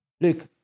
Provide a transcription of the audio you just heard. Look